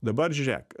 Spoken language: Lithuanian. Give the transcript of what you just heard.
dabar žiūrėk